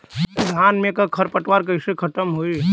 धान में क खर पतवार कईसे खत्म होई?